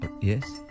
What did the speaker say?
Yes